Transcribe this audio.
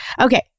Okay